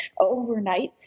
overnight